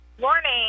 Morning